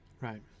right